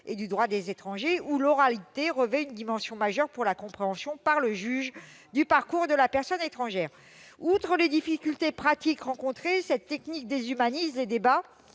et du droit des étrangers, car l'oralité revêt une dimension majeure pour la compréhension par le juge du parcours de la personne étrangère. Outre les difficultés pratiques rencontrées, cette technique déshumanise les débats